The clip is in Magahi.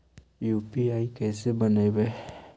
यु.पी.आई कैसे बनइबै?